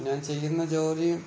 ഞാൻ ചെയ്യുന്ന ജോലി